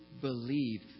believe